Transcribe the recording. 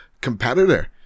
competitor